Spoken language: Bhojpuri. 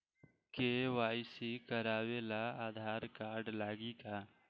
के.वाइ.सी करावे ला आधार कार्ड लागी का?